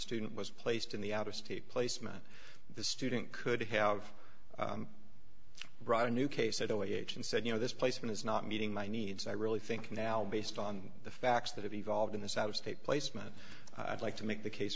student was placed in the out of state placement the student could have brought a new case said oh h and said you know this placement is not meeting my needs i really think now based on the facts that have evolved in this out of state placement i'd like to make the case